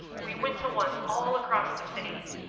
we went to ones all across the city.